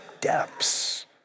depths